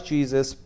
Jesus